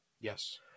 Yes